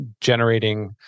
generating